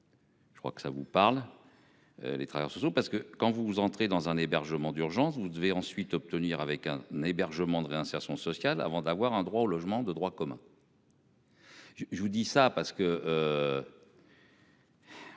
Je crois que ça vous parle. Les travailleurs sociaux, parce que quand vous vous entrez dans un hébergement d'urgence. Vous devez ensuite obtenir avec un hébergement de réinsertion sociale avant d'avoir un droit au logement de droit commun. Je, je vous dis ça parce que.